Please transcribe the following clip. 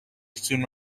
soon